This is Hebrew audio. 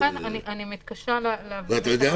ולכן אני מתקשה להבין את הטענה שלו.